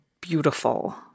beautiful